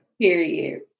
period